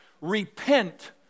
repent